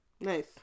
Nice